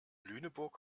lüneburg